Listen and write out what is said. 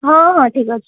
ହଁ ହଁ ଠିକ୍ ଅଛି